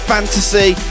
Fantasy